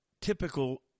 typical